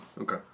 Okay